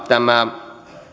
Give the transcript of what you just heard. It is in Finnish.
tämä